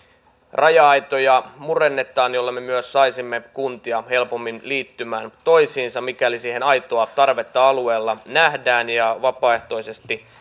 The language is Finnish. raja aitoja murennetaan millä me myös saisimme kuntia helpommin liittymään toisiinsa mikäli siihen aitoa tarvetta alueella nähdään ja vapaaehtoisesti